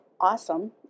awesome